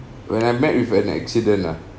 when I met with an accident lah